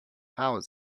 hours